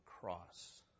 cross